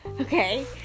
Okay